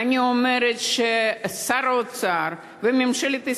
אני אומרת ששר האוצר וממשלת ישראל,